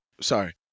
Sorry